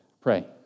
pray